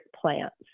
plants